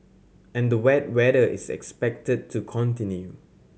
and the wet weather is expected to continue